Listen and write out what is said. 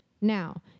Now